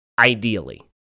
ideally